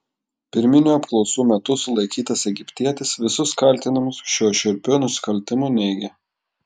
pirminių apklausų metu sulaikytas egiptietis visus kaltinimus šiuo šiurpiu nusikaltimu neigia